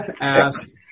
asked